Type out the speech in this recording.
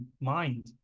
mind